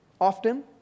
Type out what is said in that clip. often